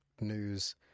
news